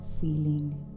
feeling